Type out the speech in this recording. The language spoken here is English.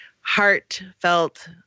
heartfelt